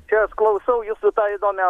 čia aš klausau jūsų tą įdomią